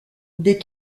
des